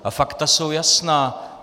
Ta fakta jsou jasná.